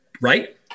right